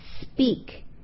Speak